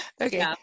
Okay